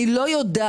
אני לא יודעת.